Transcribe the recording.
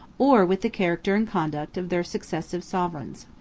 or with the character and conduct of their successive sovereigns.